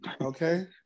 okay